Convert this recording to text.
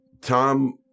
Tom